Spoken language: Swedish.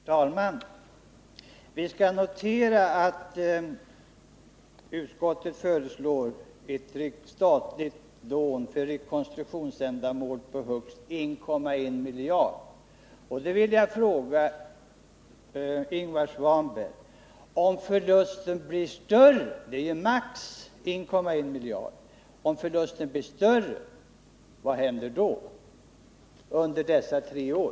Herr talman! Vi skall notera att utskottet föreslår ett statligt lån för rekonstruktionsändamål på högst 1,1 miljarder. Jag vill fråga Ingvar Svanberg: Om förlusten blir större, vad händer då under dessa tre år?